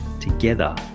Together